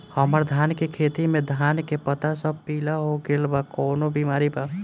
हमर धान के खेती में धान के पता सब पीला हो गेल बा कवनों बिमारी बा का?